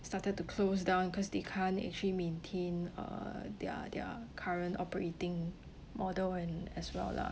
started to close down because they can't actually maintain uh their their current operating model and as well lah